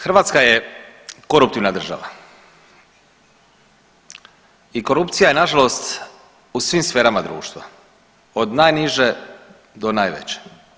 Hrvatska je koruptivna država i korupcija je nažalost u svim sferama društva, od najniže do najveće.